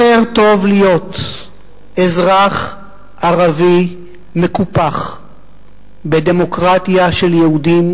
יותר טוב להיות אזרח ערבי מקופח בדמוקרטיה של יהודים